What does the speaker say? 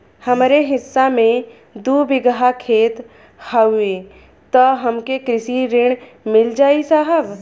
हमरे हिस्सा मे दू बिगहा खेत हउए त हमके कृषि ऋण मिल जाई साहब?